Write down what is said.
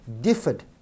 differed